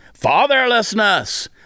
fatherlessness